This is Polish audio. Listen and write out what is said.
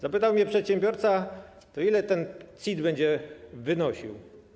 Zapytał mnie przedsiębiorca: Ile ten CIT będzie wynosił?